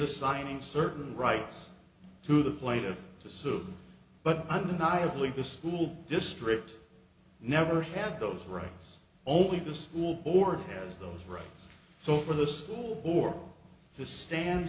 assigning certain rights to the player to sue but undeniably the school district never had those rights only the school board has those rights so for the school or to stand